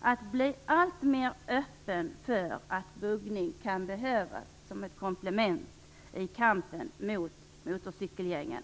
att bli alltmer öppen för att buggning kan behövas som ett komplement i kampen mot motorcykelgängen.